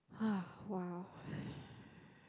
!huh! !wow!